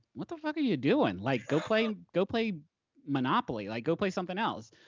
what the fuck are you doing? like go play and go play monopoly. like go play something else.